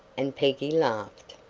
and peggy laughed.